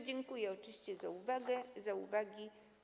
Dziękuję oczywiście za uwagę i za uwagi.